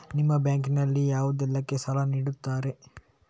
ನಿಮ್ಮ ಬ್ಯಾಂಕ್ ನಲ್ಲಿ ಯಾವುದೇಲ್ಲಕ್ಕೆ ಸಾಲ ನೀಡುತ್ತಿರಿ?